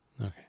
Okay